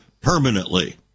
permanently